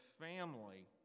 family